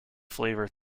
flavor